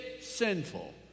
sinful